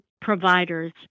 providers